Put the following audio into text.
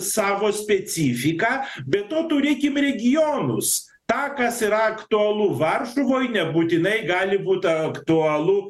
savo specifiką be to turėkim regionus tą kas yra aktualu varšuvoj nebūtinai gali būt a aktualu